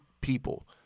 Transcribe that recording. people